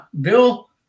Bill